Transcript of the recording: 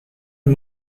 und